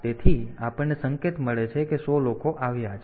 તેથી આપણને સંકેત મળે છે કે 100 લોકો આવ્યા છે